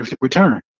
return